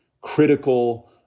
critical